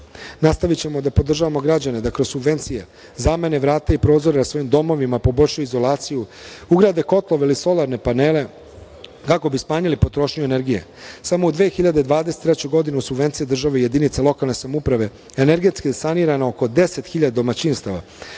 energije. Nastavićemo da podržavamo građane da kroz subvencije zamene vrata i prozore na svojim domovima, poboljšaju izolaciju, ugrade kotlove ili solarne panele kako bi smanjili potrošnju energije. Samo u 2023. godini, uz subvencije države i jedinice lokalne samouprave energetski je sanirano oko 10.000 domaćinstava,